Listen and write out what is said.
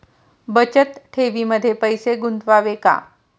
बचत ठेवीमध्ये पैसे गुंतवावे का?